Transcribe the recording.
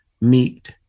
meet